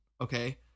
Okay